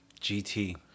GT